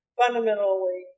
fundamentally